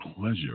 pleasure